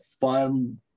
fun